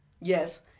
Yes